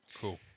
cool